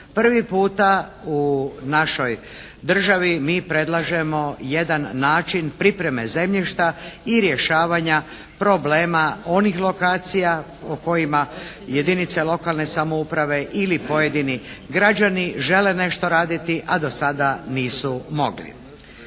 Prvi puta u našoj državi mi predlažemo jedan način pripreme zemljišta i rješavanja problema onih lokacija o kojima jedinice lokalne samouprave ili pojedini građani žele nešto raditi a da sada nisu mogli.